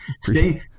stay